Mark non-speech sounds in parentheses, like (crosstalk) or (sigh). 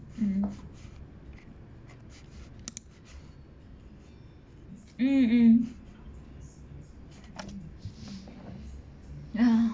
mm mm mm (breath)